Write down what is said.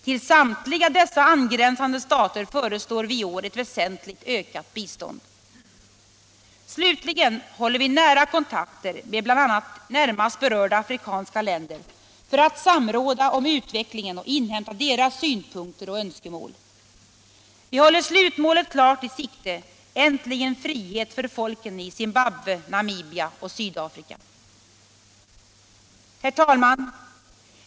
Till samtliga dessa angränsande stater föreslår vi i år ett väsentligt ökat bistånd. —- Slutligen håller vi nära kontakter med bl.a. närmast berörda afrikanska länder för att samråda om utvecklingen och inhämta deras syn punkter och önskemål. Vi håller slutmålet klart i sikte: äntligen frihet för folken i Zimbabwe, Namibia och Sydafrika. Herr talman!